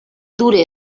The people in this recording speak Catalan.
dure